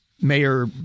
Mayor